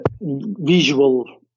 visual